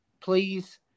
please